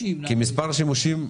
למספר השימושים?